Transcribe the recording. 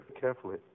carefully